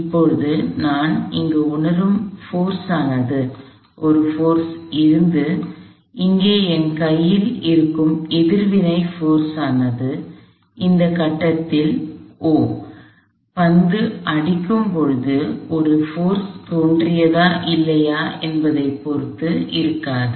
அப்போது இங்கு நான் உணரும் விசையானது ஒரு விசை இருந்தது இங்கே என் கையில் இருக்கும் எதிர்வினை விசையானது இந்த கட்டத்தில் O பந்து அடிக்கும் போது ஒரு விசை தோன்றியதா இல்லையா என்பதைப் பொறுத்து இருக்காது